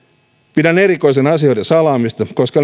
pidän erikoisena asioiden salaamista koska